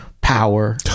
Power